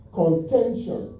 contention